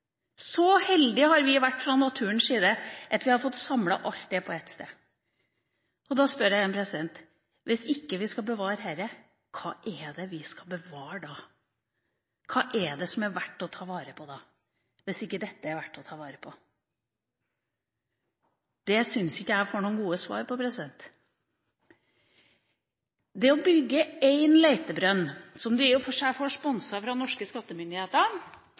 så kan vi lage olje de andre stedene. Så heldige har vi vært fra naturens side at vi har fått samlet alt dette på ett sted. Da spør jeg igjen: Hvis vi ikke skal bevare dette, hva er det vi skal bevare da? Hva er det som er verdt å ta vare på, hvis ikke dette er verdt å ta vare på? Det syns jeg ikke jeg får noen gode svar på. Å bygge en leitebrønn – som du i og for seg får sponset fra norske skattemyndigheter